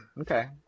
Okay